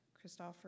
Christopher